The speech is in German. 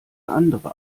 andere